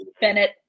Bennett